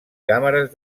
càmeres